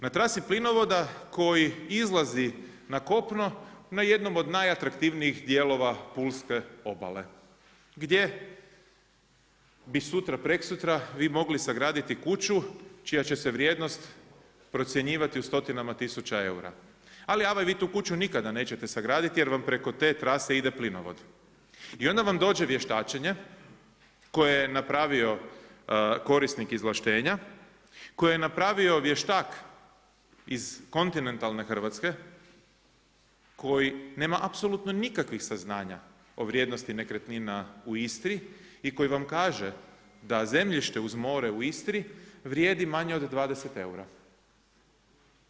Na trasi plinovoda koji izlazi na kopnu na jedno od najatraktivnijih dijelova pulske obale gdje bi sutra, prekosutra vi mogli sagraditi kuću čija će se vrijednost procjenjivati u stotinama tisuća eura, ali vi tu kuću nikada neće sagraditi jer vam preko te trase ide plinovod i onda vam dođe vještačenje, koje je napravio korisnik izvlaštenja, koje je napravio vještak iz kontinentalne Hrvatske, koji nema apsolutno nikakvih saznanja o vrijednosti nekretnina u Istri i koji vam kaže da zemljište uz more u Istri, vrijedi manje od 20 eura.